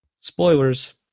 Spoilers